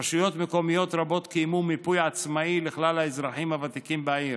רשויות מקומיות רבות קיימו מיפוי עצמאי לכלל האזרחים הוותיקים בעיר.